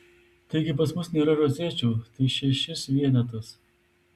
taigi pas mus nėra rozečių tai šešis vienetus